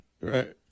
Right